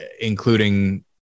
including